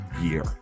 year